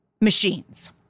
machines